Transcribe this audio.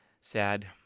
Sad